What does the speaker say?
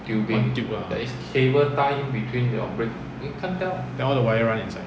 one tube lah then all the wire run inside